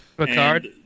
Picard